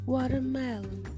Watermelon